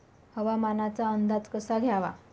हवामानाचा अंदाज कसा घ्यावा?